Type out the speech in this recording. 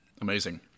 Amazing